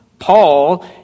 Paul